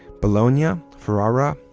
bologna, ah ferrara,